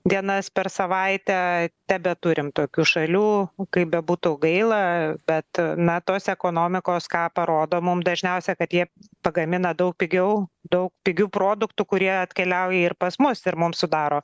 dienas per savaitę tebeturim tokių šalių kaip bebūtų gaila bet na tose ekonomikos ką parodo mum dažniausia kad jie pagamina daug pigiau daug pigių produktų kurie atkeliauja ir pas mus ir mums sudaro